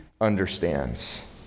understands